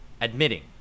admitting